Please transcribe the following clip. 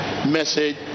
message